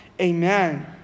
Amen